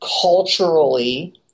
culturally